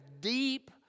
deep